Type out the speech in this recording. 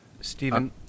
Stephen